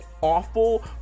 awful